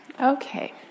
Okay